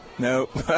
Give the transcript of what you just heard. Nope